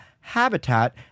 habitat